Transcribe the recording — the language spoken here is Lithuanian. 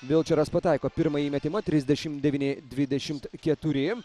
vilčeras pataiko pirmąjį metimą trisdešimt devyni dvidešimt keturi